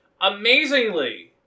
Amazingly